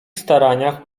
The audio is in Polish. staraniach